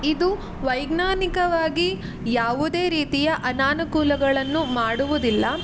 ಇದು ವೈಜ್ಞಾನಿಕವಾಗಿ ಯಾವುದೇ ರೀತಿಯ ಅನಾನುಕೂಲಗಳನ್ನು ಮಾಡುವುದಿಲ್ಲ